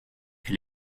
elle